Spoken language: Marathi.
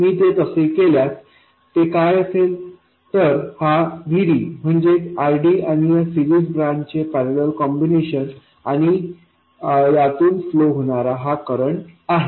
मी ते तसे केल्यास ते काय असेल तर हाVD म्हणजे RD आणि या सिरीज ब्रांच चे पॅरलल कॉम्बिनेशन आणि यातून फ्लो होणारा हा करंट आहे